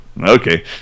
okay